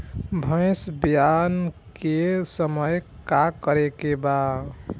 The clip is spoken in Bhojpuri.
भैंस ब्यान के समय का करेके बा?